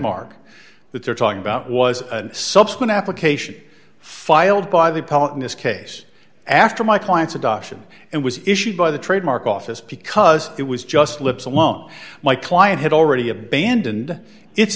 mark that they're talking about was a subsequent application filed by the public in this case after my client's adoption and was issued by the trademark office because it was just lips alone my client had already abandoned it